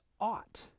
ought